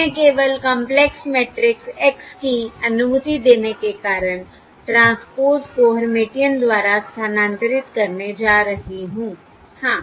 मैं केवल complex matrix X की अनुमति देने के कारण ट्रांसपोज़ को हेर्मिटियन द्वारा स्थानांतरित करने जा रही हूं हाँ